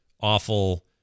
awful